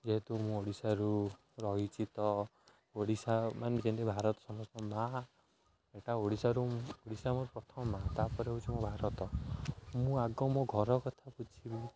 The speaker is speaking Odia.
ଯେହେତୁ ମୁଁ ଓଡ଼ିଶାରୁ ରହିଛି ତ ଓଡ଼ିଶା ମାନେ ଯେମିତି ଭାରତ ସମସ୍ତ ମାଆ ଏଟା ଓଡ଼ିଶାରୁ ଓଡ଼ିଶା ମୋର ପ୍ରଥମ ମାଆ ତାପରେ ହେଉଛି ମୋ ଭାରତ ମୁଁ ଆଗ ମୋ ଘର କଥା ବୁଝିବି